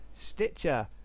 Stitcher